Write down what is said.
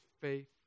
faith